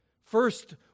First